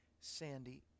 Sandy